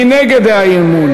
מי נגד האי-אמון?